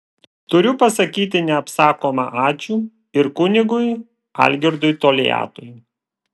turiu pasakyti neapsakoma ačiū ir kunigui algirdui toliatui